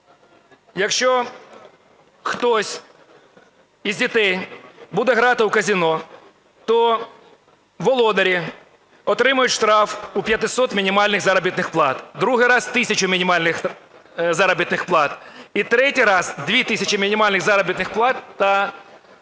Якщо хтось із дітей буде грати в казино, то володарі отримають штраф у 500 мінімальних заробітних плат, другий раз – тисячу мінімальних заробітних плат і третій раз – 2 тисячі мінімальних заробітних плат, та